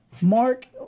Mark